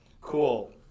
Cool